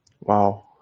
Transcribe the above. Wow